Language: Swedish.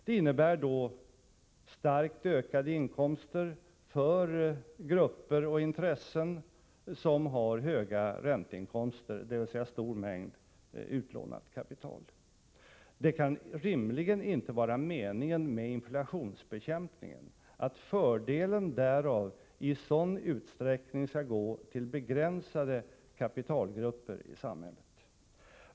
Det innebär då starkt ökade inkomster för grupper och intressen som har stora ränteinkomster, dvs. stor mängd utlånat kapital. Det kan rimligen inte vara meningen med inflationsbekämpningen att fördelen därav i sådan utsträckning skall gå till begränsade kapitalgrupper i samhället.